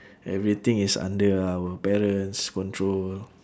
everything is under our parents control